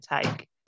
take